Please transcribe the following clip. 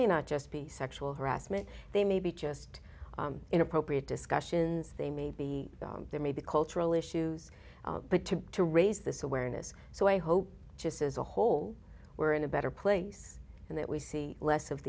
may not just be sexual harassment they may be just inappropriate discussions they may be there may be cultural issues but to to raise this awareness so i hope just as a whole we're in a better place and that we see less of